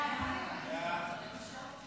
ההצעה להעביר